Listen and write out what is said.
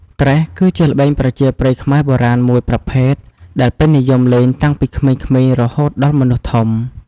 ត្រេះ គឺជាល្បែងប្រជាប្រិយខ្មែរបុរាណមួយប្រភេទដែលពេញនិយមលេងតាំងពីក្មេងៗរហូតដល់មនុស្សធំ។